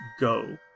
go